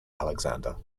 alexander